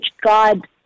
God